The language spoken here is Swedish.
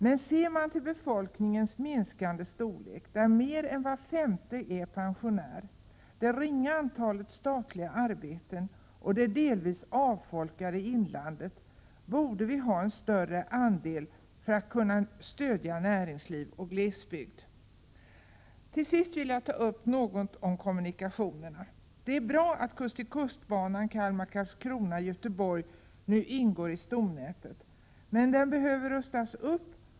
Men ser man till befolkningens minskande storlek, där mer än var femte är pensionär, till det ringa antalet statliga arbetare och till det delvis avfolkade inlandet, borde vi ha en större andel för att aktivt kunna stödja näringsliv och glesbygd. Till sist vill jag något ta upp kommunikationerna. Det är bra att kust-till-kust-banan Kalmar/Karlskrona-Göteborg nu ingår i stomnätet, men den behöver rustas upp.